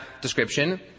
description